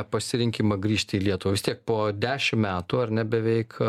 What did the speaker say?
pasirinkimą grįžti į lietuvą vis tiek po dešim metų ar ne beveik